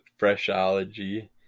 Freshology